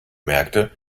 merkte